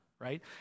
right